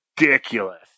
ridiculous